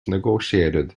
negotiated